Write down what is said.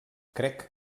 crec